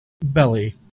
belly